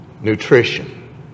Nutrition